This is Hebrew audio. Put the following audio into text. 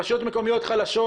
רשויות מקומיות חלשות,